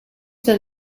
then